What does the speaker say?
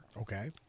Okay